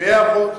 היחידה בעולם,